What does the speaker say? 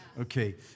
Okay